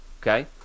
okay